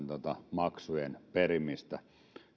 maksujen perimistä